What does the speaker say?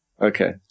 Okay